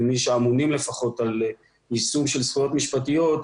כמי שאמונים לפחות על זכויות משפטיות,